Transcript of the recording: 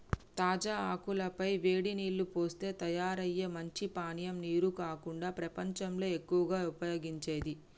తాజా ఆకుల పై వేడి నీల్లు పోస్తే తయారయ్యే మంచి పానీయం నీరు కాకుండా ప్రపంచంలో ఎక్కువగా ఉపయోగించేది